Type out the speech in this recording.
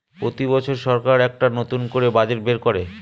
প্রতি বছর সরকার একটা করে নতুন বাজেট বের করে